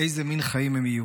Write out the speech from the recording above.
איזה מין חיים הם יהיו.